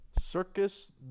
Circus